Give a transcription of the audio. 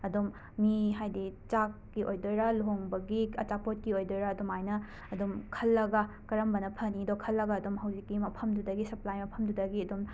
ꯑꯗꯨꯝ ꯃꯤ ꯍꯥꯏꯗꯤ ꯆꯥꯛꯀꯤ ꯑꯣꯏꯗꯣꯏꯔꯥ ꯂꯨꯍꯣꯡꯕꯒꯤ ꯑꯆꯥꯄꯣꯠꯀꯤ ꯑꯣꯏꯗꯣꯏꯔꯥ ꯑꯗꯨꯃꯥꯏꯅ ꯑꯗꯨꯝ ꯈꯜꯂꯒ ꯀꯔꯝꯕꯅ ꯐꯅꯤꯗꯣ ꯈꯜꯂꯒ ꯑꯗꯨꯝ ꯍꯧꯖꯤꯛꯀꯤ ꯃꯐꯝꯗꯨꯗꯒꯤ ꯁꯞꯄ꯭ꯂꯥꯏ ꯃꯐꯝꯗꯨꯗꯒꯤ ꯑꯗꯨꯝ